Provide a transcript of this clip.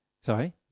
Sorry